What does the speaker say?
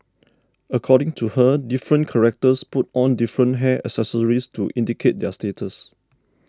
according to her different characters put on different hair accessories to indicate their status